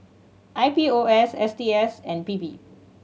I P O S S T S and P P